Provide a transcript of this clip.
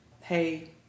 hey